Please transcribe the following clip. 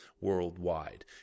worldwide